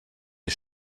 die